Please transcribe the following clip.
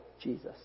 Jesus